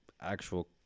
actual